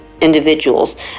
individuals